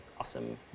awesome